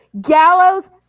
Gallows